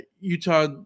Utah